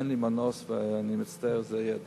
אין לי מנוס, אני מצטער, זו תהיה הדרך.